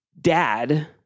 dad